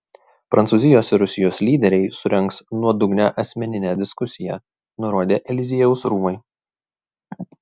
prancūzijos ir rusijos lyderiai surengs nuodugnią asmeninę diskusiją nurodė eliziejaus rūmai